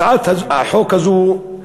הצעת החוק הזאת,